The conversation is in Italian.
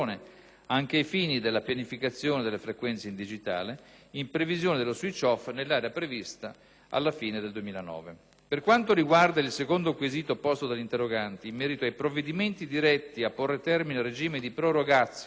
anche ai fini della pianificazione delle frequenze in digitale, in previsione dello *switch off* nell'area previsto alla fine del 2009. Per quanto riguarda il secondo quesito posto dagli interroganti, in merito ai provvedimenti diretti a porre termine al regime di *prorogatio*